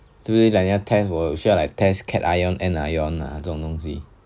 对不对 like 你要 test 我需要来 test cation anion on 这种东西